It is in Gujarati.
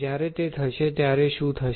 જ્યારે તે થશે ત્યારે શું થશે